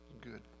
Good